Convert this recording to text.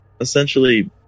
essentially